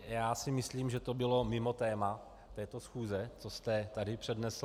Já si myslím, že to bylo mimo téma této schůze, co jste tady přednesl.